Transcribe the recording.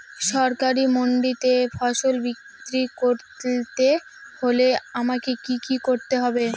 সরকারি মান্ডিতে ফসল বিক্রি করতে হলে আমাকে কি কি করতে হবে?